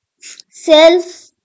self